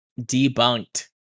debunked